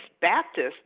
Baptist